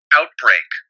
outbreak